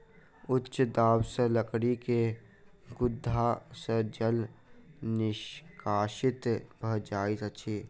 उच्च दाब सॅ लकड़ी के गुद्दा सॅ जल निष्कासित भ जाइत अछि